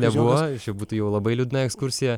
nebuvo iš jų būtų jau labai liūdna ekskursija